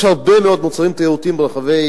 יש הרבה מאוד מוצרים תיירותיים ברחבי